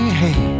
hey